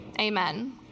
Amen